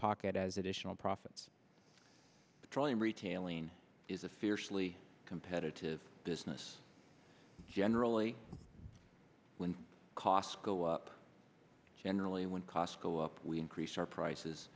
pocket as edition all profits petroleum retailing is a fiercely competitive business generally when costs go up generally when costs go up we increase our prices